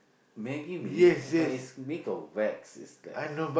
maggi-mee but it's make of wax is like